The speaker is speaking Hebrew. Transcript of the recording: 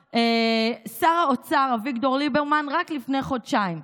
שר האוצר אביגדור ליברמן רק לפני חודשיים: